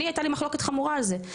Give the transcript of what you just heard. אני הייתה לי מחלוקת חמורה על זה,